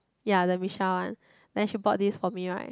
ya the Missha one then she brought this for me right